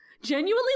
genuinely